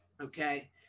Okay